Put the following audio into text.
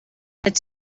its